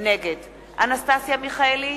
נגד אנסטסיה מיכאלי,